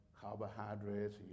carbohydrates